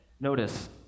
Notice